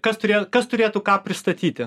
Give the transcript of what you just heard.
kas turėjo kas turėtų ką pristatyti